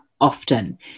often